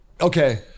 okay